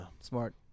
smart